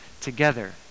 together